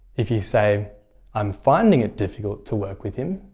if you say i'm finding it difficult to work with him.